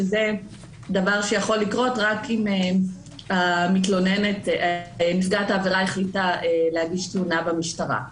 שזה דבר שיכול לקרות רק אם נפגעת העבירה החליטה להגיש תלונה במשטרה.